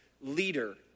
leader